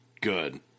good